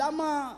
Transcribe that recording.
למה,